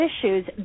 issues